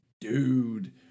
dude